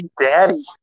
daddy